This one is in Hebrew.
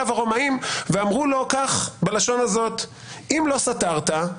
ואמרו לו בלשון הזאת: אם לא סתרת,